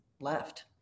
left